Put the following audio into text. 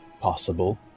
possible